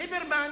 ליברמן